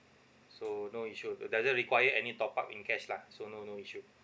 so no issue doesn't require any top up in cash lah so no no issue